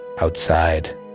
outside